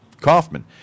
Kaufman